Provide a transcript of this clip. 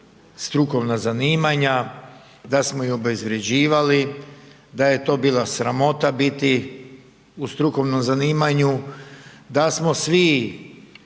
strukovna zanimanja, da smo ih obezvređivali, da je to bila sramota biti u strukovnom zanimanju, da smo svi